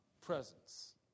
presence